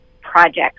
projects